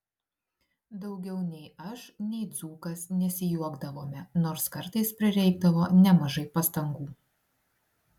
daugiau nei aš nei dzūkas nesijuokdavome nors kartais prireikdavo nemažai pastangų